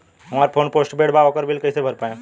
हमार phone postpaid बा ओकर बिल कईसे भर पाएम?